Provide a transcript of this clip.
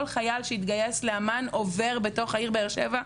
כל חייל שהתגייס לאמ"ן עובר בתוך העיר באר שבע,